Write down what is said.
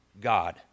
God